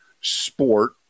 sport